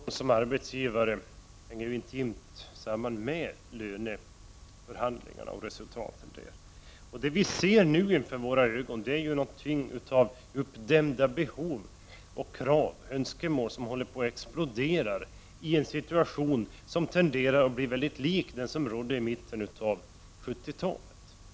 Herr talman! Statens roll som arbetsgivare, Gustav Persson, hänger intimt samman med löneförhandlingarna och resultaten av dessa. Det vi nu ser inför våra ögon är någonting av uppdämda krav och önskemål som håller på att explodera i en situation som tenderar att bli mycket lik den som rådde i mitten av 70-talet.